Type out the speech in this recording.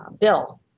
Bill